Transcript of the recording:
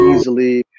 Easily